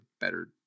better